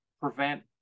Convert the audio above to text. prevent